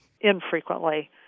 Infrequently